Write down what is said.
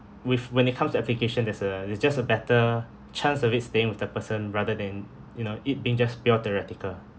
with when it comes to application there's a it's just a better chance of it staying with the person rather than you know it being just pure theoretical